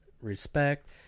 respect